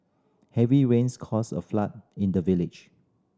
heavy rains caused a flood in the village